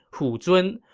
hu zun,